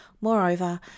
Moreover